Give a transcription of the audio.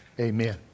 Amen